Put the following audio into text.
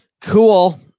Cool